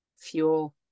fuel